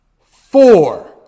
Four